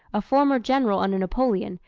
a former general under napoleon,